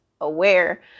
aware